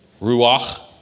ruach